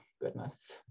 goodness